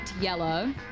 yellow